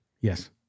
Yes